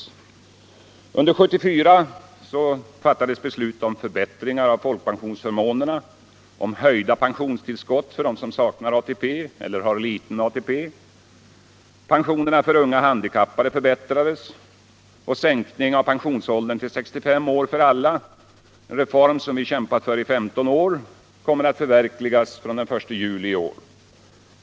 Under 1974 fattades beslut om förbättringar av folkpensionsförmånerna och om höjda pensionstillskott för dem som saknar ATP eller har liten ATP. Pensionerna för unga handikappade förbättrades, och sänkning av pensionsåldern till 65 år för alla, en reform som vi kämpat för i 15 år, kommer att förverkligas från 1 juli i år.